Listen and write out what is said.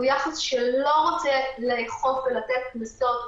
הוא יחס שלא רוצה לאכוף ולתת קנסות,